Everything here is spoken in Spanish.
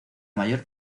mayor